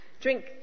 drink